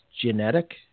genetic